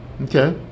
Okay